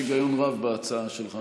שיש היגיון רב בהצעה שלך.